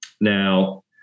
Now